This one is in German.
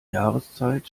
jahreszeit